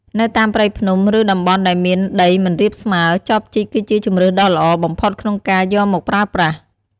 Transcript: នៅតាមព្រៃភ្នំ ឬតំបន់ដែលមានដីមិនរាបស្មើ ចបជីកគឺជាជម្រើសដ៏ល្អបំផុតក្នុងការយកមកប្រើប្រាស់។